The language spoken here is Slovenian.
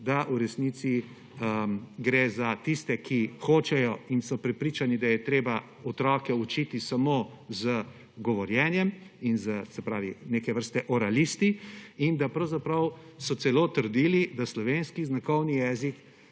da v resnici gre za tiste, ki hočejo in so prepričani, da je treba otroke učiti samo z govorjenjem, se pravi neki vrste oralisti, in da pravzaprav so celo trdili, da slovenski znakovni jezik